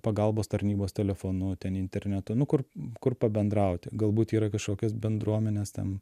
pagalbos tarnybos telefonu ten internetu nu kur kur pabendrauti galbūt yra kažkokios bendruomenės ten